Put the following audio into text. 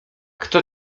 kto